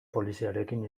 poliziarekin